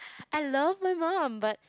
I love my mum but